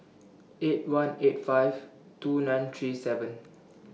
eight one eight five two nine three seven